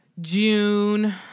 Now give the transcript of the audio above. June